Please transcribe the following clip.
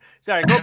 Sorry